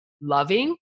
loving